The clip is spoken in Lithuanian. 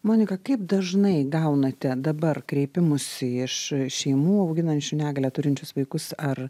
monika kaip dažnai gaunate dabar kreipimųsi iš šeimų auginančių negalią turinčius vaikus ar